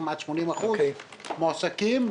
כמעט 80% מועסקים,